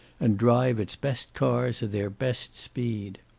and drive its best cars at their best speed.